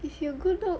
if you good look